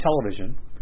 television